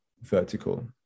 vertical